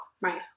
Right